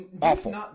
awful